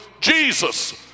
Jesus